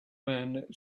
man